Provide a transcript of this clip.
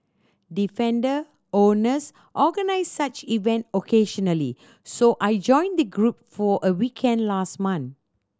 defender owners organise such event occasionally so I joined the group for a weekend last month